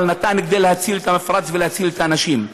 אבל נתן כדי להציל את המפרץ ולהציל את האנשים?